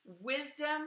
wisdom